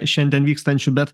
šiandien vykstančių bet